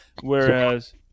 Whereas